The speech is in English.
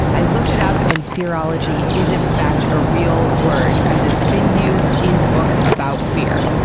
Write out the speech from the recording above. i looked it up, and fearology is in fact a real word, as it's been used in books about fear,